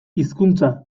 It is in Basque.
hizkuntza